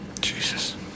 Jesus